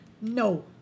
No